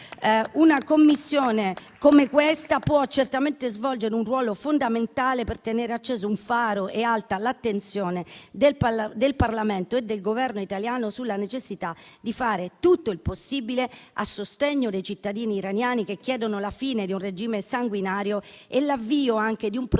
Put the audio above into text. una Commissione come questa può certamente svolgere un ruolo fondamentale per tenere acceso un faro e alta l'attenzione del Parlamento e del Governo italiano sulla necessità di fare tutto il possibile a sostegno dei cittadini iraniani che chiedono la fine di un regime sanguinario e l'avvio anche di un processo